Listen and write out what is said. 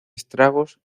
estragos